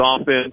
offense